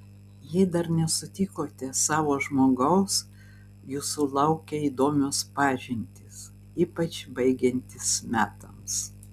jei dar nesutikote savo žmogaus jūsų laukia įdomios pažintys ypač baigiantis metams